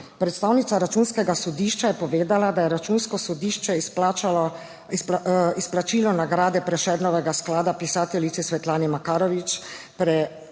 Predstavnica Računskega sodišča je povedala, da je Računsko sodišče izplačilo nagrade Prešernovega sklada pisateljici Svetlani Makarovič